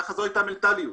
זו הייתה המנטליות.